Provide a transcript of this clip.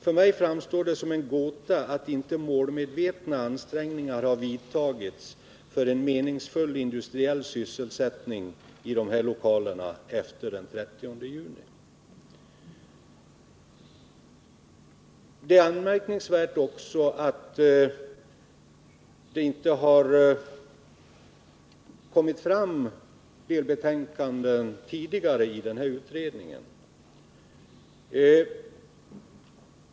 För mig framstår det som en gåta att inte målmedvetna ansträngningar har gjorts för att få till stånd en meningsfull industriell verksamhet i dessa lokaler efter den 30 juni. Det är också anmärkningsvärt att det inte tidigare har lagts fram delbetänkanden i den här utredningen.